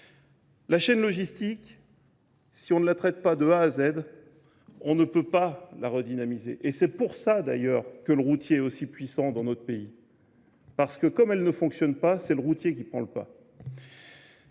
La chaîne logistique, si on ne la traite pas de A à Z, on ne peut pas la redynamiser. Et c'est pour ça d'ailleurs que le routier est aussi puissant dans notre pays. Parce que comme elle ne fonctionne pas, c'est le routier qui prend le pas.